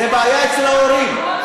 זו בעיה אצל ההורים.